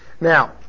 Now